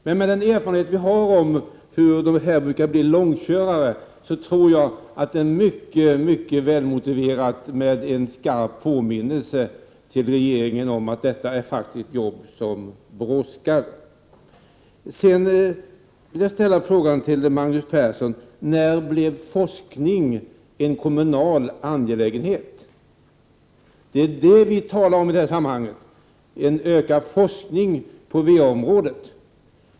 Med den erfarenhet vi har av vilka långkörare dessa frågor brukar bli, tror jag att det vore mycket välmotiverat med en skarp påminnelse till regeringen om att detta faktiskt är ett arbete som brådskar. Sedan vill jag ställa en fråga till Magnus Persson: När blev forskning en kommunal angelägenhet? Vad vi talar om i det här sammanhanget är ju en ökad forskning på VA-området.